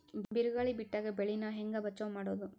ಬಿರುಗಾಳಿ ಬಿಟ್ಟಾಗ ಬೆಳಿ ನಾ ಹೆಂಗ ಬಚಾವ್ ಮಾಡೊದು?